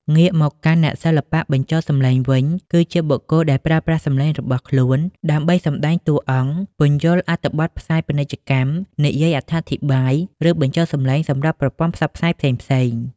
ងាកមកកាន់ អ្នកសិល្បៈបញ្ចូលសំឡេងវិញ គឺជាបុគ្គលដែលប្រើប្រាស់សំឡេងរបស់ខ្លួនដើម្បីសម្ដែងតួអង្គ ពន្យល់អត្ថបទផ្សាយពាណិជ្ជកម្ម និយាយអត្ថាធិប្បាយ ឬបញ្ចូលសំឡេងសម្រាប់ប្រព័ន្ធផ្សព្វផ្សាយផ្សេងៗ។